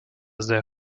sehr